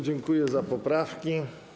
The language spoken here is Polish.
Dziękuję za poprawki.